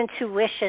intuition